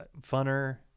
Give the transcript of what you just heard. funner